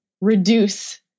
reduce